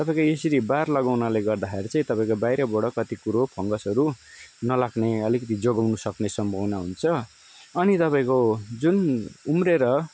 तपाईँको यसरी बार लगाउनाले गर्दाखेरि चाहिँ तपाईँको बाहिरबाट कति कुरो फङ्गसहरू नलाग्ने अलिकिति जोगाउनु सक्ने सम्भावना हुन्छ अनि तपाईँको जुन उम्रेर